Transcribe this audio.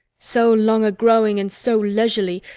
so long a growing and so leisurely,